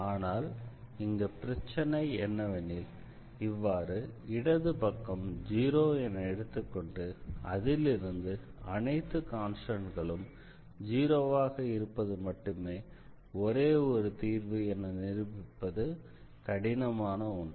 ஆனால் இங்கு பிரச்சனை என்னவெனில் இவ்வாறு இடது பக்கம் ஜீரோ என எடுத்துக்கொண்டு அதிலிருந்து அனைத்து கான்ஸ்டண்ட்களும் ஜீரோவாக இருப்பது மட்டுமே ஒரே ஒரு தீர்வு என நிரூபிப்பது கடினமான ஒன்று